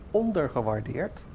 ondergewaardeerd